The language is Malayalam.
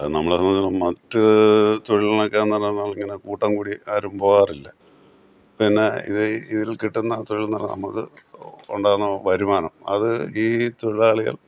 അത് നമ്മളറിഞ്ഞത്തോളം മറ്റ് തൊഴിലിനേക്കാൾ നല്ലവണ്ണമിങ്ങനെ കൂട്ടംകൂടി ആരും പോകാറില്ല പിന്നെ ഇത് ഇതിൽ കിട്ടുന്ന തൊഴിലില്നിന്ന് നമുക്ക് ഉണ്ടാകുന്ന വരുമാനം അത് ഈ തൊഴിലാളികൾ